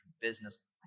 business